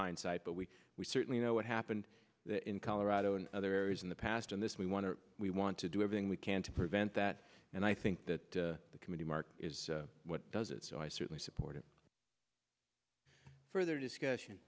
hindsight but we we certainly know what happened in colorado and other areas in the past in this we want to we want to do everything we can to prevent that and i think that the committee mark is what does it so i certainly support it further discussion